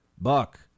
Buck